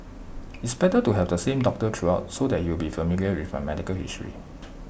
it's better to have the same doctor throughout so he would be familiar with my medical history